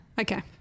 Okay